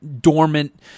dormant